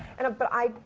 and but i,